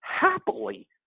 happily